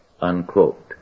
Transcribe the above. Unquote